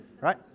right